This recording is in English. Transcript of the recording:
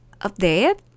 update